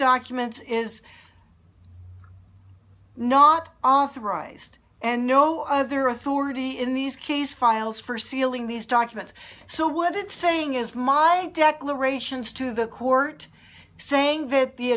documents is not authorized and no other authority in these case files for sealing these documents so would it saying as my declarations to the court saying that the